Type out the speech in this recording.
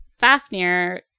Fafnir